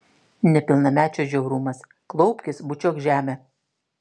nepilnamečio žiaurumas klaupkis bučiuok žemę